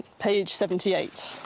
page seventy eight.